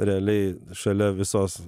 realiai šalia visos